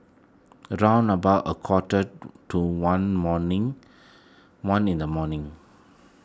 round about a quarter to one morning one in the morning